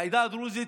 לעדה הדרוזית